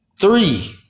Three